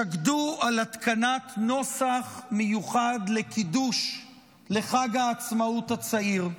שקדו על התקנת נוסח מיוחד לקידוש לחג העצמאות הצעיר.